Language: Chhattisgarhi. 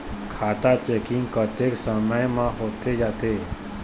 खाता चेकिंग कतेक समय म होथे जाथे?